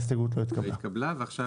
הצבעה ההסתייגות לא אושרה לא התקבלה ועכשיו